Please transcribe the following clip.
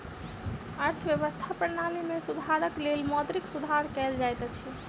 अर्थव्यवस्था प्रणाली में सुधारक लेल मौद्रिक सुधार कयल जाइत अछि